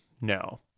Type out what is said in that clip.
No